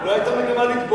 לא היתה מגמה לטבוח.